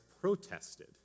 protested